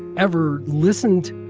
ever listened